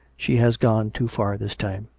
she has gone too far this time.